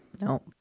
No